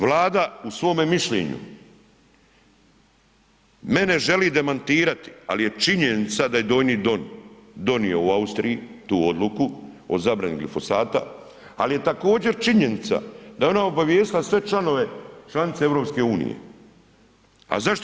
Vlada u svome mišljenju mene želi demantirati, ali je činjenica da je Donji dom donio u Austriji tu odluku o zabrani glifosata, ali je također činjenica da je ona obavijestila sve članove, članice Europske unije.